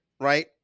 right